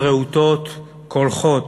מילים רהוטות, קולחות,